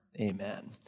Amen